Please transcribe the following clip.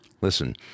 listen